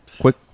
quick